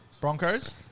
Broncos